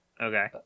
Okay